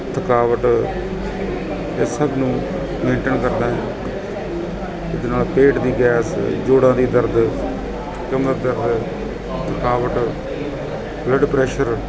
ਥਕਾਵਟ ਇਹ ਸਭ ਨੂੰ ਮੇਟਣ ਕਰਦਾ ਹੈ ਇਹਦੇ ਨਾਲ ਪੇਟ ਦੀ ਗੈਸ ਜੋੜਾਂ ਦਾ ਦਰਦ ਕਮਰ ਦਰਦ ਥਕਾਵਟ ਬਲੱਡ ਪ੍ਰੈਸ਼ਰ